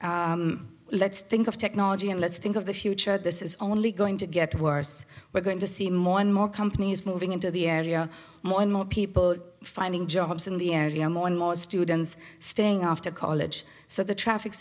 said let's think of technology and let's think of the future this is only going to get worse we're going to see more and more companies moving into the area more and more people finding jobs in the area more and more students staying off to college so the traffic